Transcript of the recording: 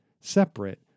separate